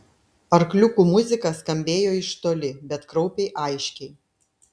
arkliukų muzika skambėjo iš toli bet kraupiai aiškiai